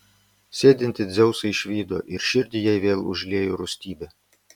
sėdintį dzeusą išvydo ir širdį jai vėl užliejo rūstybė